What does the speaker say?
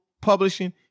publishing